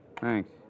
Thanks